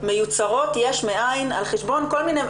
מיוצרות יש מאין על חשבון כל מיני,